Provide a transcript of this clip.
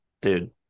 dude